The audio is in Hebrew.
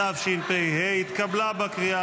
התשפ"ה 2024, נתקבל.